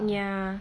ya